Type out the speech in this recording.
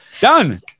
Done